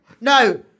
No